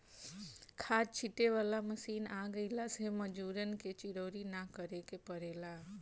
खाद छींटे वाला मशीन आ गइला से मजूरन के चिरौरी ना करे के पड़ेला